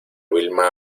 vilma